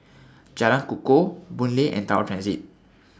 Jalan Kukoh Boon Lay and Tower Transit